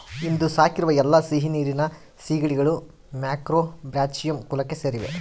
ಇಂದು ಸಾಕಿರುವ ಎಲ್ಲಾ ಸಿಹಿನೀರಿನ ಸೀಗಡಿಗಳು ಮ್ಯಾಕ್ರೋಬ್ರಾಚಿಯಂ ಕುಲಕ್ಕೆ ಸೇರಿವೆ